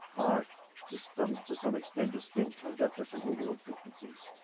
are to some to some extent distinct, tend to have different allele frequencies.